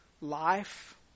life